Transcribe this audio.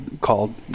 called